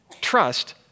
Trust